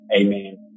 amen